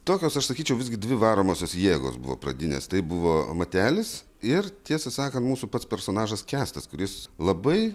tokios aš sakyčiau visgi dvi varomosios jėgos buvo pradinės tai buvo matelis ir tiesą sakant mūsų pats personažas kęstas kuris labai